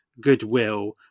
goodwill